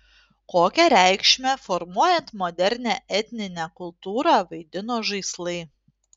kokią reikšmę formuojant modernią etninę kultūrą vaidino žaislai